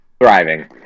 Thriving